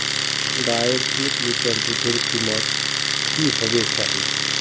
गायेर एक लीटर दूधेर कीमत की होबे चही?